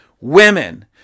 women